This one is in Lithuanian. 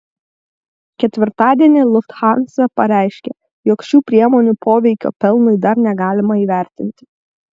ketvirtadienį lufthansa pareiškė jog šių priemonių poveikio pelnui dar negalima įvertinti